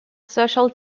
social